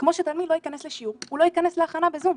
כמו שהוא לא ייכנס לשיעור הוא לא ייכנס להכנה בזום.